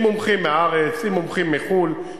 עם מומחים מהארץ ועם מומחים מחו"ל,